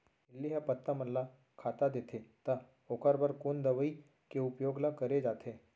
इल्ली ह पत्ता मन ला खाता देथे त ओखर बर कोन दवई के उपयोग ल करे जाथे?